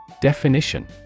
Definition